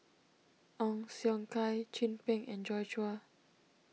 Ong Siong Kai Chin Peng and Joi Chua